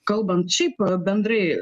kalbant šiaip bendrai